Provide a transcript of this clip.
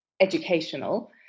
educational